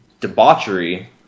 debauchery